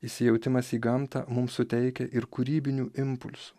įsijautimas į gamtą mums suteikia ir kūrybinių impulsų